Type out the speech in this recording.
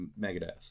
Megadeth